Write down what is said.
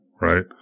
right